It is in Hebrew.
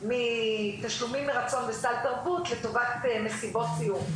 של תשלומים מרצון לסל תרבות לטובת מסיבות סיום.